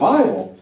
Bible